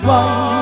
one